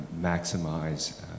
maximize